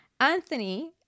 anthony